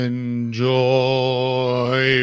Enjoy